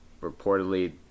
reportedly